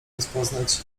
rozpoznać